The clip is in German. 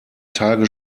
tage